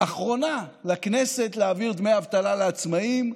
אחרונה לכנסת להעביר דמי אבטלה לעצמאים.